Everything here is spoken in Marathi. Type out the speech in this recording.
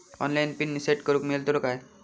ऑनलाइन पिन सेट करूक मेलतलो काय?